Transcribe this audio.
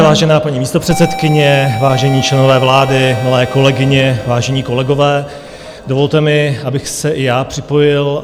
Vážená paní místopředsedkyně, vážení členové vlády, milé kolegyně, vážení kolegové, dovolte mi, abych se i já připojil.